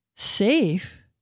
safe